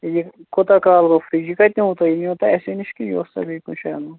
یہِ کوتاہ کال گوٚو فِرٛج یہِ کَتہِ نِیٛوٕ تۄہہِ یہِ نِیٛوٕ تۅہہِ اَسے نِش کہِ یہِ اوس تۄہہِ بیٚیہِ کُنہِ شایہِ اونٛمُت